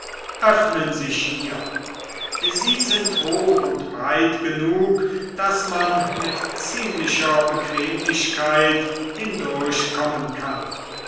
öffnen sich hier sie sind hoch und breit genug daß man mit ziemlicher bequemlichkeit hindurchkommen kann